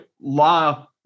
law